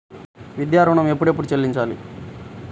విద్యా ఋణం ఎప్పుడెప్పుడు చెల్లించాలి?